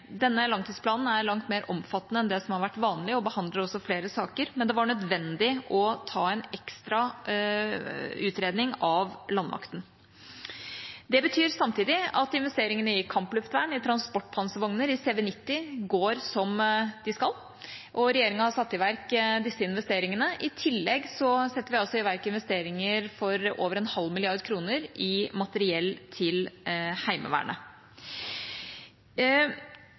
Denne langtidsplanen er langt mer omfattende enn det som har vært vanlig, og behandler også flere saker, men det var nødvendig å ta en ekstra utredning av landmakten. Det betyr samtidig at investeringene i kampluftvern, i transportpanservogner og i CV90 går som de skal, og regjeringa har satt i verk disse investeringene. I tillegg setter vi altså i verk investeringer for over en halv milliard kroner i materiell til Heimevernet.